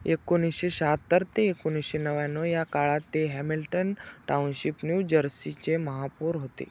एकोणीसशे शाहत्तर ते एकोणीसशे नव्याण्णव या काळात ते हॅमिल्टन टाऊनशिप न्यु जर्सीचे महापौर होते